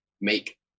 make